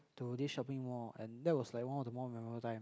to this shopping mall and that was like one of the most memorable time